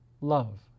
love